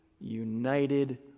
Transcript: united